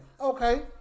Okay